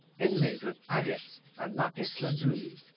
inlaid with agate and lapis lazuli,